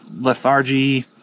lethargy